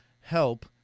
help